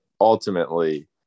ultimately